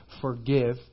Forgive